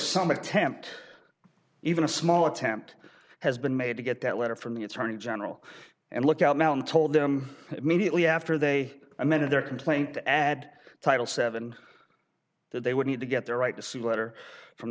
some attempt even a small attempt has been made to get that letter from the attorney general and lookout mountain told them immediately after they amended their complaint to add title seven that they would need to get their right to sue letter from